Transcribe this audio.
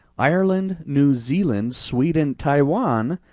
ireland, new zealand, sweden, taiwan,